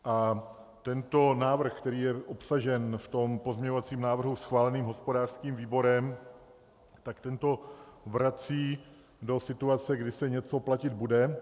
A tento návrh, který je obsažen v tom pozměňovacím návrhu schváleném hospodářským výborem, tak ten to vrací do situace, kdy se něco platit bude.